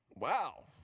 Wow